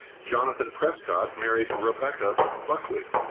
jonathan prescott married rebecca buckley.